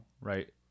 right